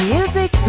Music